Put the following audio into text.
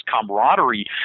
camaraderie